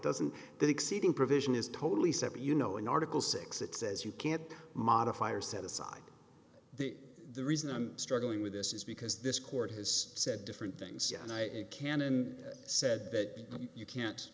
doesn't that exceeding provision is totally separate you know in article six it says you can't modify or set aside the the reason i'm struggling with this is because this court has said different things and i can and said that you can't